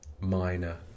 minor